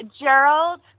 Gerald